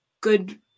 good